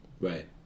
Right